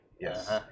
Yes